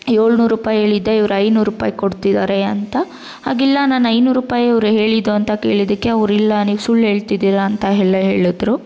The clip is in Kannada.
ಏಳ್ನೂರ್ರೂಪಾಯಿ ಹೇಳಿದ್ದೆ ಇವ್ರು ಐನೂರ್ರೂಪಾಯಿ ಕೊಡ್ತಿದ್ದಾರೆ ಅಂತ ಆಗ ಇಲ್ಲ ನಾನು ಐನೂರ್ರೂಪಾಯಿಯೇ ಇವ್ರು ಹೇಳಿದ್ದು ಅಂತ ಕೇಳಿದ್ದಕ್ಕೆ ಅವ್ರು ಇಲ್ಲ ನೀವು ಸುಳ್ಳು ಹೇಳ್ತಿದ್ದೀರಾ ಅಂತ ಎಲ್ಲ ಹೇಳಿದ್ರು